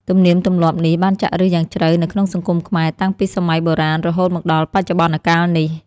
ទំនៀមទម្លាប់នេះបានចាក់ឫសយ៉ាងជ្រៅនៅក្នុងសង្គមខ្មែរតាំងពីសម័យបុរាណរហូតមកដល់បច្ចុប្បន្នកាលនេះ។